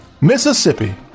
Mississippi